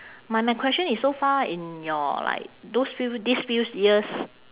my my question is so far in your like those few these few years